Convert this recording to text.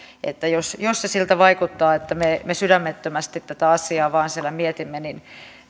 että jos jos se siltä vaikuttaa että me me sydämettömästi tätä asiaa mietimme